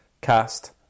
Cast